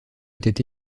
était